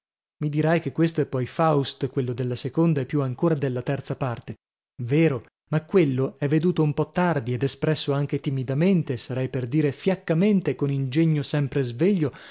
mi dirai che questo è poi faust quello della seconda e più ancora della terza parte vero ma quello è veduto un po tardi ed espresso anche timidamente sarei per dire fiaccamente con ingegno sempre sveglio